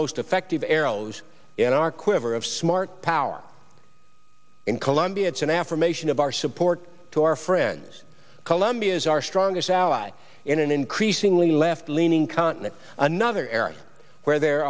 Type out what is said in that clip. most effective arrows in our quiver of smart power in colombia it's an affirmation of our support to our friends colombia is our strongest ally in an increasingly left leaning continent another area where there